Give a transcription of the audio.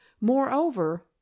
moreover